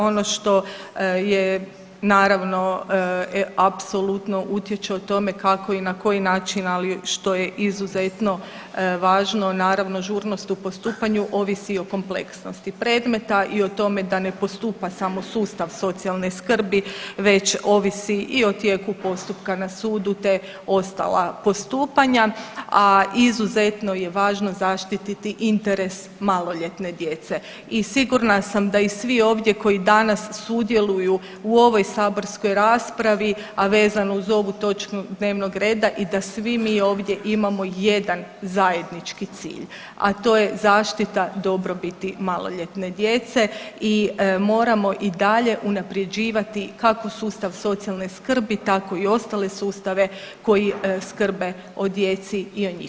Ono što je naravno apsolutno utječe o tome kako i na koji način, ali što je izuzetno važno naravno žurnost u postupanju ovisi o kompleksnosti predmeta i o tome da ne postupa samo sustav socijalne skrbi već ovisi i o tijeku postupka na sudu, te ostala postupanja, a izuzetno je važno zaštititi interes maloljetne djece i sigurna sam da i svi ovdje koji danas sudjeluju u ovoj saborskoj raspravi, a vezano uz ovu točku dnevnog reda i da svi mi ovdje imamo jedan zajednički cilj, a to je zaštita dobrobiti maloljetne djece i moramo i dalje unaprjeđivati kako sustav socijalne skrbi tako i ostale sustave koji skrbe o djeci i o njihovim pravima.